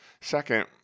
Second